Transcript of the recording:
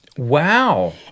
Wow